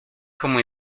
como